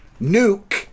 Nuke